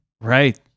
Right